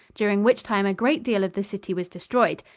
during which time a great deal of the city was destroyed.